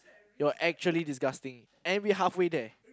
you're actually disgusting and we half way there